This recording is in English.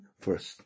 first